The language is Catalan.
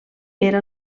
era